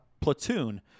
Platoon